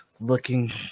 Looking